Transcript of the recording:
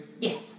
Yes